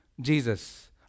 Jesus